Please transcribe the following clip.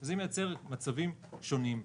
וזה מייצר מצבים שונים.